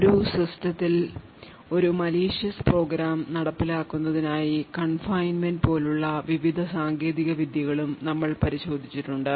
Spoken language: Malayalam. ഒരു സിസ്റ്റത്തിൽ ഒരു malicious പ്രോഗ്രാം നടപ്പിലാക്കുന്നതിനായി confinement പോലുള്ള വിവിധ സാങ്കേതിക വിദ്യകളും നമ്മൾ പരിശോധിച്ചിട്ടുണ്ട്